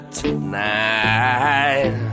tonight